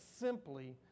simply